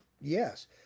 Yes